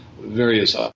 various